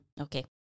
Okay